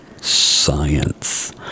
science